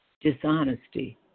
dishonesty